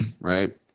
right